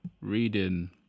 reading